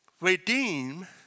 redeem